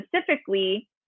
specifically